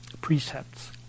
precepts